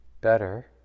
better